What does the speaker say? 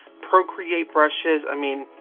procreate brushes. i mean,